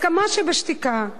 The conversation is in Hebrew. הסכמה שבשתיקה.